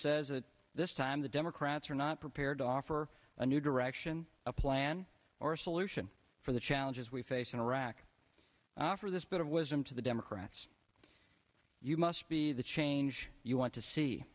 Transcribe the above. says at this time the democrats are not prepared to offer a new direction a plan or a solution for the challenges we face in iraq after this bit of wisdom to the democrats you must be the change you want to see